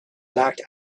locked